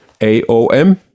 AOM